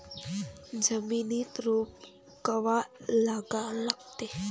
जमिनीत रोप कवा लागा लागते?